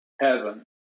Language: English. heaven